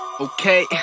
Okay